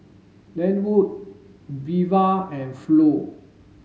Lenwood Veva and Flo